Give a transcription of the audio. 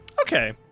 Okay